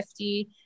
50